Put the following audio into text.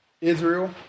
Israel